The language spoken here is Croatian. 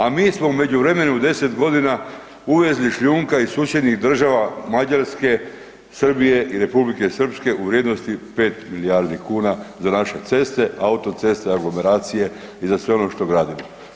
A mi smo u međuvremenu u deset godina uvezli šljunka iz susjednih država Mađarske, Srbije i Republike Srpske u vrijednosti 5 milijardi kuna za naše ceste, autoceste, aglomeracije i za sve ono što gradimo.